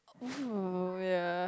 !woo! yea